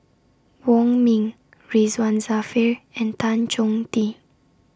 Wong Ming Ridzwan Dzafir and Tan Chong Tee